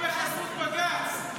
את פה בחסות בג"ץ.